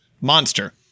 monster